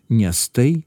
nes tai